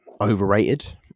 overrated